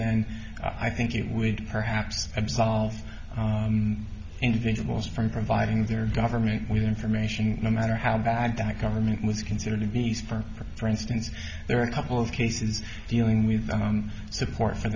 then i think it would perhaps absolve individuals from providing their government with information no matter how bad that government was considered to be used for for instance there are a couple of cases dealing with support for